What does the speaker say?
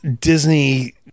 Disney